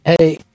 hey